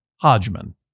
Hodgman